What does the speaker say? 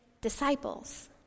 disciples